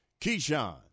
Keyshawn